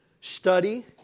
Study